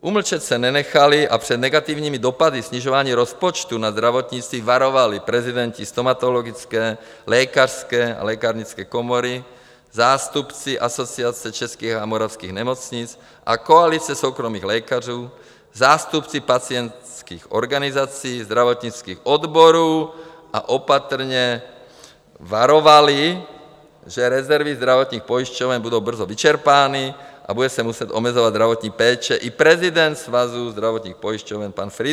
Umlčet se nenechali a před negativními dopady snižování rozpočtu na zdravotnictví varovali prezidenti stomatologické, lékařské a lékárnické komory, zástupci Asociace českých a moravských nemocnic a Koalice soukromých lékařů, zástupci pacientských organizací, zdravotnických odborů a opatrně varoval, že rezervy zdravotních pojišťoven budou brzo vyčerpány a bude se muset omezovat zdravotní péče, i prezident Svazu zdravotních pojišťoven pan Friedrich.